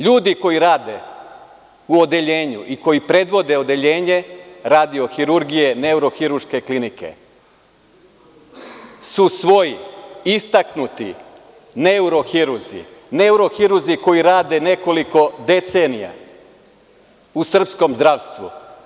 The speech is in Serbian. Ljudi koji rade u odeljenju i koji predvode odeljenje radio-hirurgije neurohirurške klinike su svoj istaknuti neurohirurzi, neurohirurzi koji rade nekoliko decenija u srpskom zdravstvu.